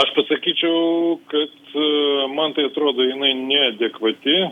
aš pasakyčiau kad man tai atrodo jinai neadekvati